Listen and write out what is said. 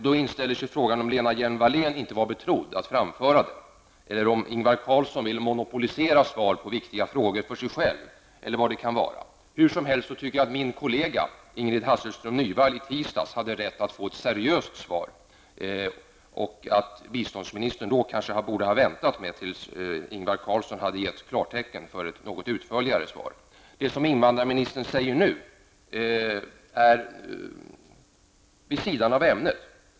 Då inställer sig frågan om Lena Hjelm-Wallén inte var betrodd att framföra den, eller om Ingvar Carlsson vill monopolisera svar på viktiga frågor för sig själv, eller vad det kan vara. Hur som helst tycker jag att min kollega, Ingrid Hasselström Nyvall, i tisdags hade rätt att få ett seriöst svar och att biståndsministern borde ha väntat med sitt svar tills Ingvar Carlsson hade gett klartecken för ett något utförligare svar. Det som invandrarministern säger nu är vid sidan av ämnet.